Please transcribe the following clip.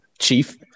Chief